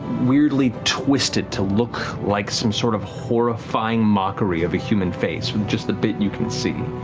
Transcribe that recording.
weirdly twisted to look like some sort of horrifying mockery of a human face, from just the bit you can see.